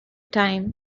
time